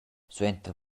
suenter